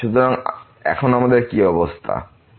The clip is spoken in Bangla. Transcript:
সুতরাং আমাদের এখন কি অবস্থা gx00k01ngn1x0n1